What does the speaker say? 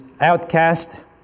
outcast